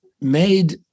made